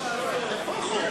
בדיוק.